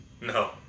No